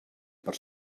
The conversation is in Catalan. per